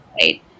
right